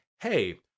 Hey